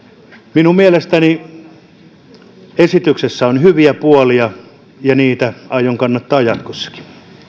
minun mielestäni esityksessä on hyviä puolia ja niitä aion kannattaa jatkossakin